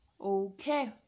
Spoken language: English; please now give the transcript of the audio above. okay